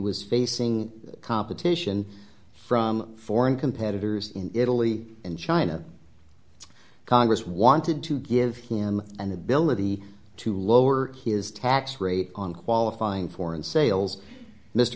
was facing competition from foreign competitors in italy and china congress wanted to give him an ability to lower his tax rate on qualifying foreign sales mr